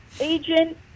agent